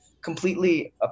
completely